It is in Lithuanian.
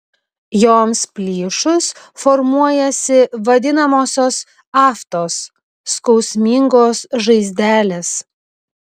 joms plyšus formuojasi vadinamosios aftos skausmingos žaizdelės